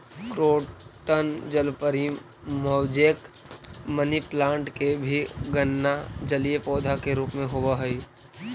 croton जलपरी, mosaic, money plant के भी गणना जलीय पौधा के रूप में होवऽ हइ